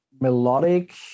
melodic